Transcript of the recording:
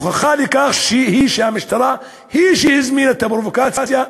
זו הוכחה לכך שהמשטרה היא שהזמינה את הפרובוקציה,